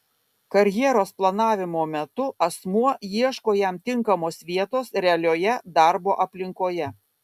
karjeros planavimo metu asmuo ieško jam tinkamos vietos realioje darbo aplinkoje